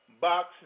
Box